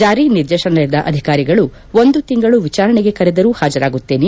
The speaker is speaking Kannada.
ಜಾರಿ ನಿರ್ದೇಶನಾಲಯ ಅಧಿಕಾರಿಗಳು ಒಂದು ತಿಂಗಳು ವಿಚಾರಣೆಗೆ ಕರೆದರೂ ಹಾಜರಾಗುತ್ತೇನೆ